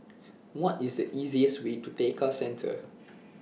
What IS The easiest Way to Tekka Centre